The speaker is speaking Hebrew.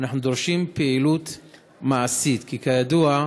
אנחנו דורשים פעילות מעשית, כי כידוע: